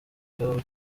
cyo